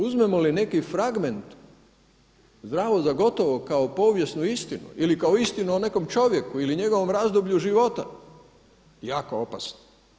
Uzmemo li neki fragment zdravo za gotovo kao povijesnu istinu ili kao istinu o nekom čovjeku ili njegovom razdoblju života, jako opasno.